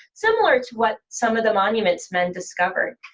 similar to what some of the monuments men discovered,